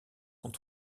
sont